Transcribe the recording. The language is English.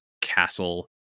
castle